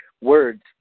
words